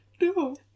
no